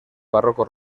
barroco